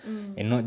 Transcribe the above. mm